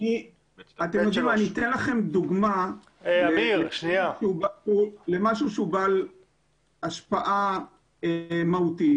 אתן לכם דוגמה למשהו שהוא בעל השפעה מהותית.